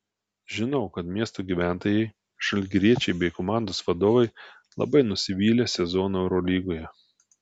žinau kad miesto gyventojai žalgiriečiai bei komandos vadovai labai nusivylė sezonu eurolygoje